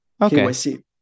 KYC